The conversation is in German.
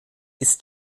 ist